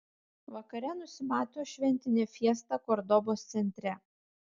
vakare nusimato šventinė fiesta kordobos centre